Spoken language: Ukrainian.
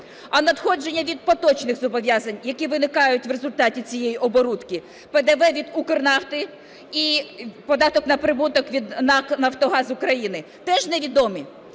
А надходження від поточних зобов'язань, які виникають в результаті цієї оборудки, ПДВ від "Укрнафти" і податок на прибуток від НАК "Нафтогаз України" теж невідомі?